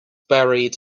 buried